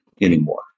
anymore